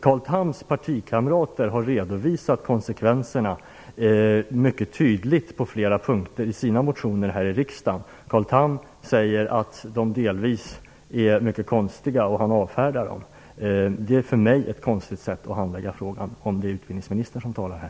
Carl Thams partikamrater har redovisat konsekvenserna mycket tydligt på flera punkter i sina motioner här i riksdagen. Carl Tham säger att de delvis är mycket konstiga och han avfärdar dem. Det är för mig ett konstigt sätt att handlägga frågan, om det är utbildningsministern som talar här.